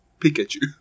Pikachu